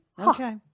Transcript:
Okay